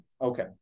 Okay